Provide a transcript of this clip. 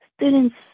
students